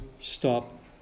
stop